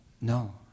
No